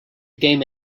game